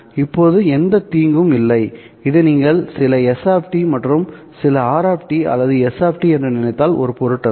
இப்போது எந்தத் தீங்கும் இல்லை இதை நீங்கள் சில s மற்றும் இது சில r அல்லது s என்று நினைத்தால்ஒரு பொருட்டல்ல